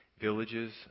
Villages